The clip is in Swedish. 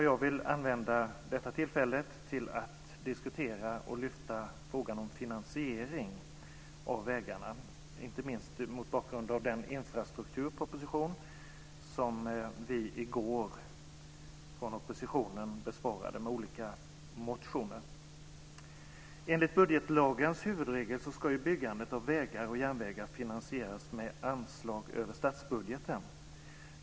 Jag vill använda detta tillfälle till att diskutera och lyfta fram frågan om finansieringen av vägarna, inte minst mot bakgrund av infrastrukturpropositionen, som vi från oppositionen i går tog upp i olika motioner. Enligt budgetlagens huvudregel ska byggandet av vägar och järnvägar finansieras med anslag över statsbudgeten.